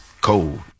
cold